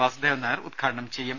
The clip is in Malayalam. വാസുദേവൻ നായർ ഉദ്ഘാടനം ചെയ്യും